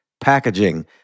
packaging